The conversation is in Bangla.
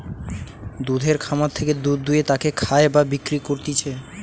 দুধের খামার থেকে দুধ দুয়ে তাকে খায় বা বিক্রি করতিছে